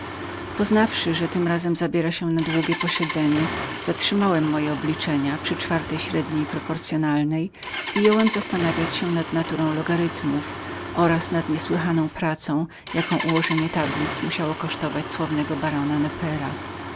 poznawszy że tym razem zabiera się na długie posiedzenie zatrzymałem moje wyrachowanie przy czwartej średnio proporcyonalnej jąłem zastanawiać się nad naturą logarytmów i nad niesłychaną pracą jakiej ułożenie tablic musiało kosztować sławnego barona nepera